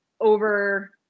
over